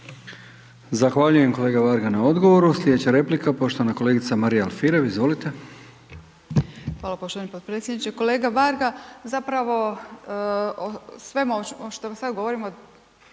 Zahvaljujem kolega Varga na odgovoru. Slijedeća replika poštovana kolegica Marija Alfirev, izvolite. **Alfirev, Marija (SDP)** Hvala poštovani podpredsjedniče, kolega Varga zapravo o svemu ovo što sad govorimo,